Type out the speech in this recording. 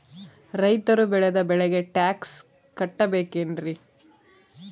ರೈತರು ಬೆಳೆದ ಬೆಳೆಗೆ ಟ್ಯಾಕ್ಸ್ ಕಟ್ಟಬೇಕೆನ್ರಿ?